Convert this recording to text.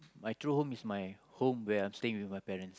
my true home is my home where I am staying with my parents